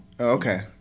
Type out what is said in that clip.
Okay